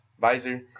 visor